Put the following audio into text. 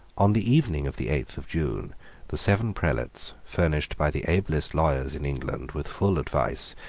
on the evening of the eighth of june the seven prelates, furnished by the ablest lawyers in england with full advice,